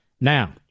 Now